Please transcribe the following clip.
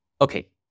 Okay